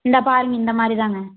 இந்தா பாருங்கள் இந்த மாதிரி தாங்க